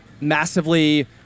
massively